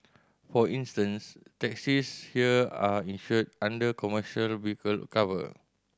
for instance taxis here are insured under commercial vehicle cover